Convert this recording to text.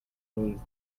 ruins